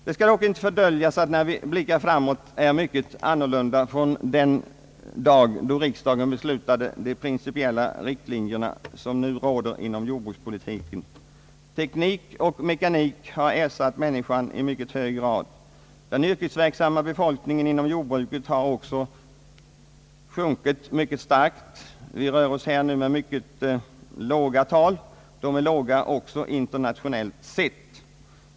Det skall dock inte fördöljas, att när vi blickar framåt är mycket annorlunda sedan den dag då riksdagen beslutade de principiella riktlinjer som nu råder inom jordbrukspolitiken. Teknik och mekanik har ersatt människan i mycket hög grad. Den yrkesverksamma befolkningen inom jordbruket har också minskat mycket starkt. Vi rör oss här med mycket låga tal, låga även. internationellt sett.